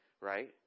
right